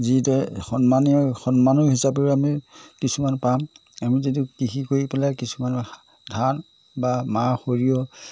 যিদৰে সন্মানীয় সন্মানৰ হিচাপেও আমি কিছুমান পাম আমি যদি কৃষি কৰি পেলাই কিছুমানৰ ধান বা মাহ সৰিয়হ